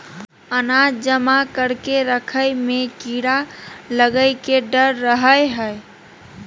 अनाज जमा करके रखय मे भी कीड़ा लगय के डर रहय हय